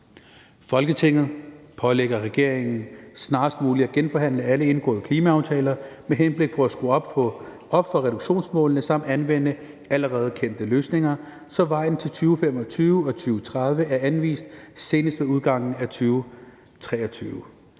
Folketinget pålægger regeringen snarest muligt at genforhandle alle indgåede klimaaftaler med henblik på at skrue op for reduktionsmålene samt anvende allerede kendte løsninger, så vejen til 2025 og 2030 er anvist senest ved udgangen af 2023.